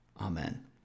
Amen